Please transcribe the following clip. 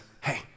hey